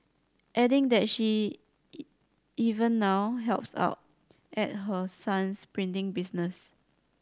adding that she even now helps out at her son's printing business